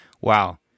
wow